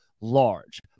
large